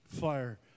fire